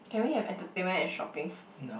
can we have entertainment and shopping